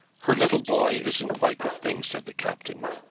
her little boy isn't quite the thing, said the captain.